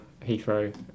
Heathrow